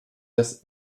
das